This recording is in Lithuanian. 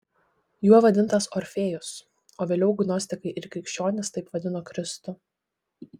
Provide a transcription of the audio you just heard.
juo vadintas orfėjus o vėliau gnostikai ir krikščionys taip vadino kristų